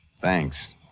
Thanks